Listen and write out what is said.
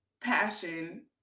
passion